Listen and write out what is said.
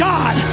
God